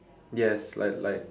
yes like like